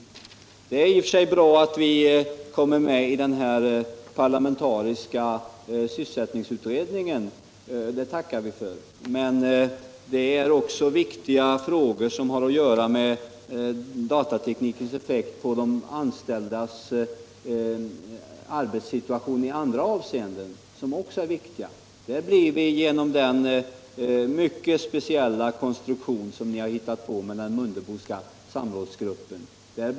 I och för sig är det bra att vi kommer med i den parlamentariska sysselsättningsutredningen. Det tackar vi för. Men det finns frågor som har att göra med datateknikens effekter på de anställdas arbetssituation i andra avseenden som också är viktiga. Där blir vi utestängda, genom den mycket speciella konstruktion som ni har hittat på med den Mundeboska samrådsgruppen.